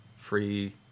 free